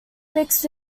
mixed